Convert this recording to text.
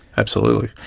absolutely.